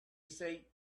said